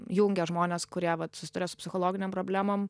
jungia žmones kurie vat susiduria su psichologinėm problemom